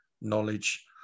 knowledge